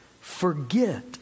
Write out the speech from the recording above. Forget